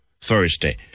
Thursday